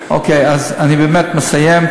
אוקיי, אז אני באמת מסיים.